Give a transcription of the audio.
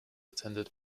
attended